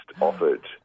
offered